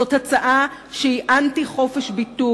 זאת הצעה שהיא אנטי-חופש-ביטוי,